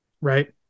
right